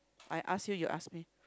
I ask you you ask me